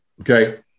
okay